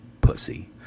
pussy